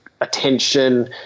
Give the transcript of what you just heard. attention